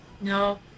No